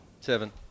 Seven